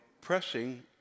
pressing